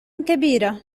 كبيرة